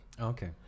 Okay